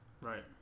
Right